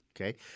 Okay